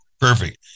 Perfect